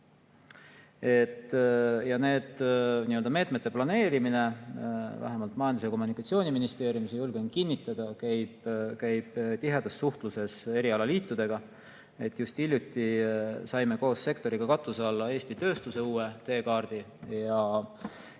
Nende meetmete planeerimine vähemalt Majandus‑ ja Kommunikatsiooniministeeriumis – julgen kinnitada – käib tihedas suhtluses erialaliitudega. Just hiljuti saime koos sektoriga katuse alla Eesti tööstuse uue teekaardi.